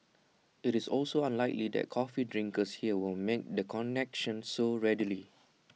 IT is also unlikely that coffee drinkers here will make the connection so readily